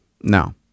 no